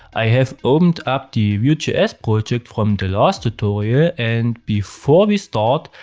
i have opened up the vue js project from the last tutorial, and before we start,